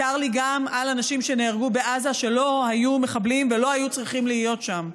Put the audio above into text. צר לי גם על אנשים שנהרגו בעזה שלא היו מחבלים ולא היו צריכים להיות שם.